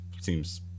seems